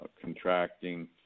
contracting